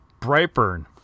Brightburn